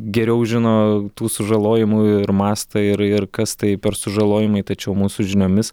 geriau žino tų sužalojimų ir mastą ir ir kas tai per sužalojimai tačiau mūsų žiniomis